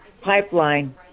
pipeline